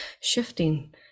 shifting